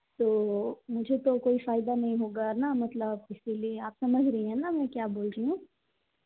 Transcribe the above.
तो मुझे तो कोई फ़ायदा नहीं होगा ना मतलब इसीलिए आप समझ रही हैं ना मैं क्या बोल रही हूँ